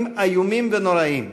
דברים איומים ונוראיים,